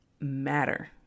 matter